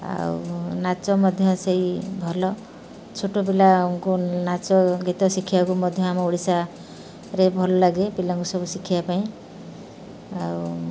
ଆଉ ନାଚ ମଧ୍ୟ ସେଇ ଭଲ ଛୋଟ ପିଲାଙ୍କୁ ନାଚ ଗୀତ ଶିଖିବାକୁ ମଧ୍ୟ ଆମ ଓଡ଼ିଶାରେ ଭଲ ଲାଗେ ପିଲାଙ୍କୁ ସବୁ ଶିଖିବା ପାଇଁ ଆଉ